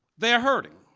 they're hurting.